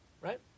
right